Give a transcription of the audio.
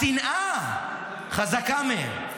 השנאה חזקה מהם.